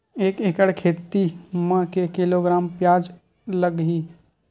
एक एकड़ खेती म के किलोग्राम प्याज लग ही?